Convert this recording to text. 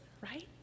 right